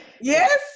Yes